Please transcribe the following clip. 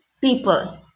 people